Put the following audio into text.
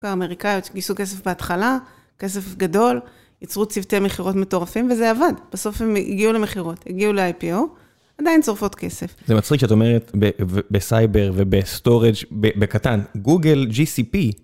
אמריקאיות גייסו כסף בהתחלה, כסף גדול, ייצרו צוותי מכירות מטורפים וזה עבד, בסוף הם הגיעו למכירות, הגיעו ל-IPO, עדיין שורפות כסף. זה מצחיק שאת אומרת בסייבר ובסטורג' בקטן, גוגל GCP.